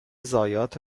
ضایعات